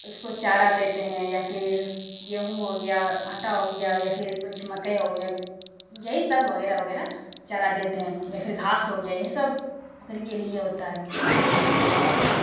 اس کو چارہ دیتے ہیں یا پھر گیہوں ہو گیا آٹا ہو گیا یا پھر کچھ مکئی ہو گیا یہی سب وغیرہ وغیرہ چارہ دیتے ہیں یا پھر گھاس ہو گیا یہی سب بکری کے لیے ہوتا ہے اور